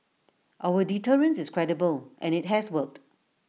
our deterrence is credible and IT has worked